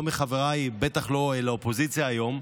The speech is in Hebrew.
לא מחבריי ובטח לא מהאופוזיציה היום,